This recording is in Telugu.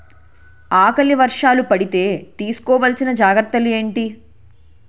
ఆకలి వర్షాలు పడితే తీస్కో వలసిన జాగ్రత్తలు ఏంటి?